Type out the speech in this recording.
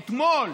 אתמול,